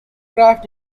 craft